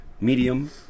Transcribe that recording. medium